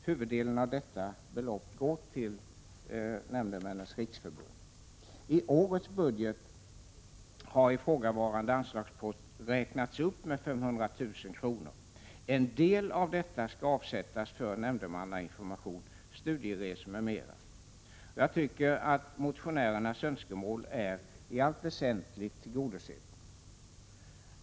Huvuddelen av detta belopp går till Nämndemännens riksförbund. I årets budget har ifrågavarande anslagspost räknats upp med 500 000 kr. En del av detta belopp skall avsättas för nämndemannainformation, studieresor m.m. Jag tycker att motionärernas önskemål i allt väsentligt är tillgodosett.